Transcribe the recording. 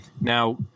Now